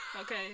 Okay